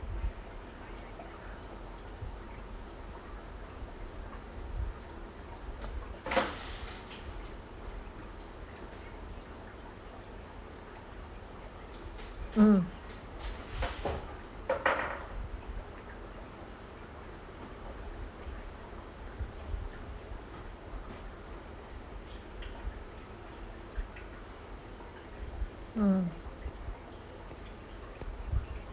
mm mm